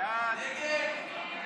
ההצעה להעביר